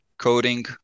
coding